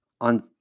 On